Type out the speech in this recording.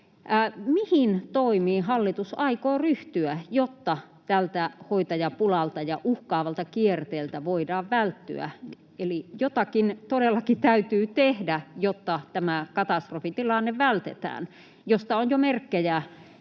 Mihin toimiin hallitus aikoo ryhtyä, jotta tältä hoitajapulalta ja uhkaavalta kierteeltä voidaan välttyä? Eli jotakin todellakin täytyy tehdä, jotta vältetään tämä katastrofitilanne, josta on jo merkkejä